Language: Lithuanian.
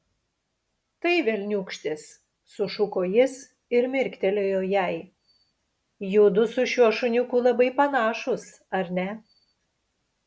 tai velniūkštis sušuko jis ir mirktelėjo jai judu su šiuo šuniuku labai panašūs ar ne